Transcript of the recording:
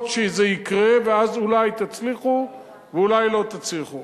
שזה יקרה ואז אולי תצליחו ואולי לא תצליחו.